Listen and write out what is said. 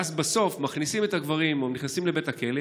ואז בסוף מכניסים את הגברים הם נכנסים לבית הכלא,